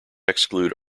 exclude